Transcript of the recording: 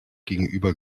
gegenüber